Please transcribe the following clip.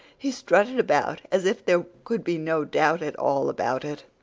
he strutted about as if there could be no doubt at all about it.